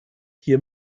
hier